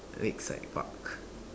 Lakeside-Park